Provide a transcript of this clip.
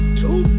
two